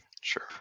Sure